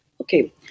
Okay